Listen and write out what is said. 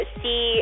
see